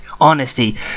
honesty